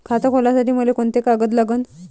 खात खोलासाठी मले कोंते कागद लागन?